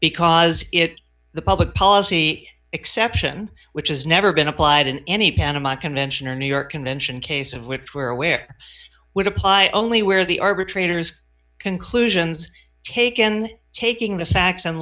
because it the public policy exception which has never been applied in any panama convention or new york convention case of which were aware would apply only where the arbitrator's conclusions taken taking the facts